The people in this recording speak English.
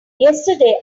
yesterday